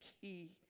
key